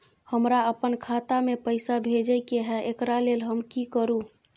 हमरा अपन खाता में पैसा भेजय के है, एकरा लेल हम की करू?